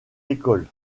écoles